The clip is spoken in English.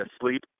asleep